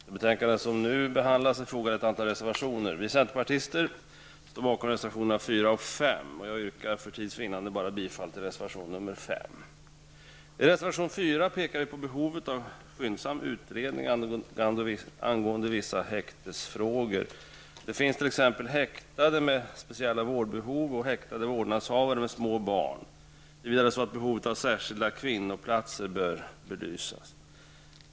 Herr talman! Till det betänkande som nu behandlas är fogat ett antal reservationer. Vi centerpartister står bakom reservationerna nr 4 och 5. Jag yrkar för tids vinnande bara bifall till reservation nr 5. I reservation nr 4 pekar vi på behovet av en skyndsam utredning angående vissa häktesfrågor. Det finns t.ex. häktade med speciella vårdbehov och häktade vårdnadshavare med små barn. Vi vill att behovet av särskilda kvinnoplatser skall belysas.